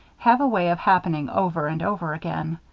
have a way of happening over and over again.